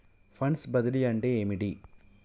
Funds బదిలీ అంటే ఏమిటి?